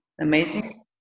amazing